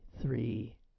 three